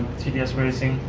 tds racing.